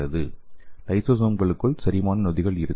லைசோசோம்களுக்குள் செரிமான நொதிகள் இருக்கும்